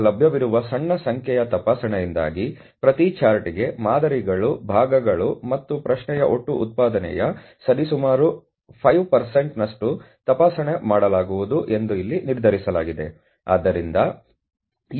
ಈಗ ಲಭ್ಯವಿರುವ ಸಣ್ಣ ಸಂಖ್ಯೆಯ ತಪಾಸಣೆಯಿಂದಾಗಿ ಪ್ರತಿ ಚಾರ್ಟ್ಗೆ ಮಾದರಿಗಳು ಭಾಗಗಳು ಮತ್ತು ಪ್ರಶ್ನೆಯ ಒಟ್ಟು ಉತ್ಪಾದನೆಯ ಸರಿಸುಮಾರು 5 ನಷ್ಟು ತಪಾಸಣೆ ಮಾಡಲಾಗುವುದು ಎಂದು ಇಲ್ಲಿ ನಿರ್ಧರಿಸಲಾಗಿದೆ